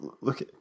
Look